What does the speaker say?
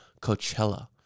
Coachella